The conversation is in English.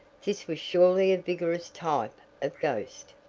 this was surely a vigorous type of ghost.